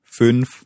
fünf